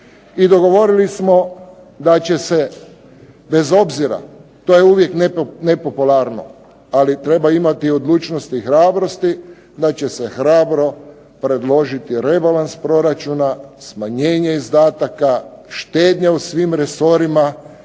I dogovorili smo da će se bez obzira, to je uvijek nepopularno, ali treba imati odlučnosti i hrabrosti da će se hrabro predložiti rebalans proračuna, smanjenje izdataka, štednja u svim resorima